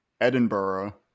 Edinburgh